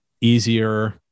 easier